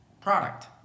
product